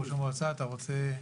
ראש המועצה, אתה רוצה?